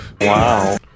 Wow